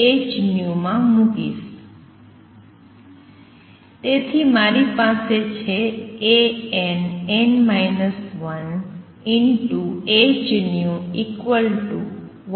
તેથી તમારી પાસે છે